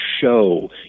show